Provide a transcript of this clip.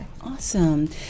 Awesome